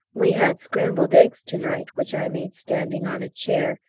we had scrambled eggs to-night, which i made standing on a chair,